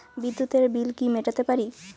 বিদ্যুতের বিল কি মেটাতে পারি?